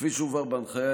כפי שהובהר בהנחיה,